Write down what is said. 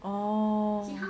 oh